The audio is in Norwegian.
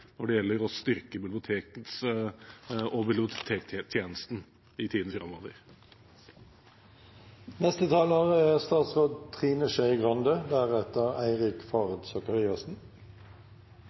når det gjelder å styrke bibliotekene og bibliotektjenesten i tiden framover.